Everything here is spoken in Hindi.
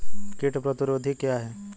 कीट प्रतिरोधी क्या है?